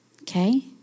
Okay